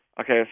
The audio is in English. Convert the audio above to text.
Okay